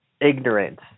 ignorant